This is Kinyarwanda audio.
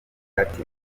ati